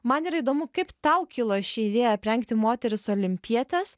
man yra įdomu kaip tau kilo ši idėja aprengti moteris olimpietes